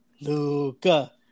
Luca